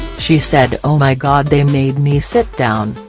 she said oh my god they made me sit down,